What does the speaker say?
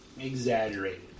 exaggerated